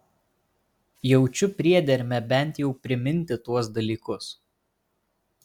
jaučiu priedermę bent jau priminti tuos dalykus